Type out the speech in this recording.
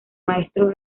maestro